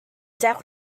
dewch